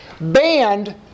banned